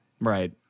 Right